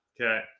Okay